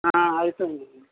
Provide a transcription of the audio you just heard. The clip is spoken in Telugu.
అయిపోయింది